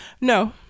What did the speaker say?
no